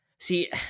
See